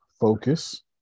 focus